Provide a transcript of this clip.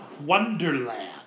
Wonderland